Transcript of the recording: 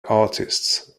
artists